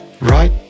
right